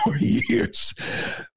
years